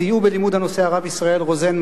סייעו בלימוד הנושא: הרב ישראל רוזן,